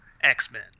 X-Men